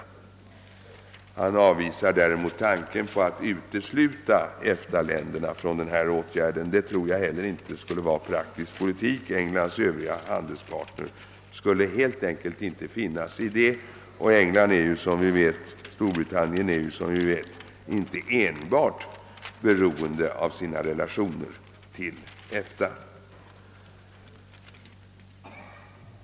Däremot avvisar han tanken på att utesluta EFTA-länderna från denna åtgärd, men det tror jag inte heller skulle ha varit praktisk politik; Englands övriga han delspartner skulle helt enkelt inte finna sig i det. Storbritannien är som vi vet inte enbart beroende av sina relationer till EFTA.